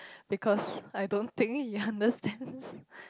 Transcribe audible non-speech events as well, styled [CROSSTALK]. because I don't think he understands [BREATH]